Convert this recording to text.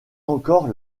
encore